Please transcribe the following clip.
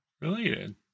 related